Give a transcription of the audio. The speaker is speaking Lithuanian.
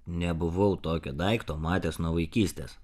nebuvau tokio daikto matęs nuo vaikystės